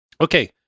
okay